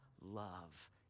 love